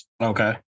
Okay